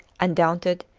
undaunted,